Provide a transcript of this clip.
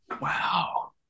Wow